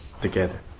together